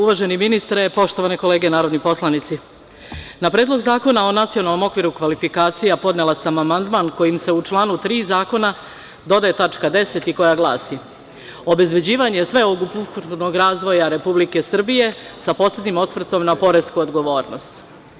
Uvaženi ministre, poštovane kolege narodni poslanici, na Predlog zakona o Nacionalnom okviru kvalifikacija podnela sam amandman kojim se u članu 3. Zakona dodaje tačka 10) koja glasi: „obezbeđivanje sveukupnog razvoja Republike Srbije sa posebnim osvrtom na poresku odgovornost“